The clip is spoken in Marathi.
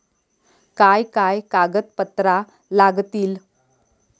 काय काय कागदपत्रा लागतील?